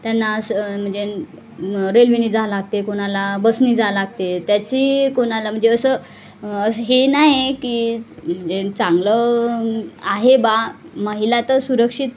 त्यांना असं म्हणजे रेल्वेने जावं लागते कोणाला बसनी जावं लागते त्याची कोणाला म्हणजे असं असं हे नाही की म्हणजे चांगलं आहे बा महिला तर सुरक्षित